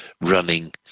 running